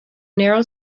narrow